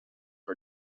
for